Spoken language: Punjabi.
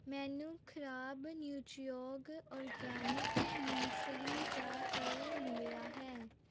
ਮੈਨੂੰ ਖ਼ਰਾਬ ਨਿਉਚੀਓਗ ਔਰਗੈਨਿਕ ਮੂੰਗਫਲੀ ਦਾ ਤੇਲ ਮਿਲਿਆ ਹੈ